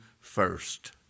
first